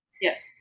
Yes